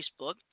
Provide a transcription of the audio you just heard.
Facebook